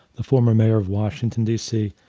the former mayor of washington, dc,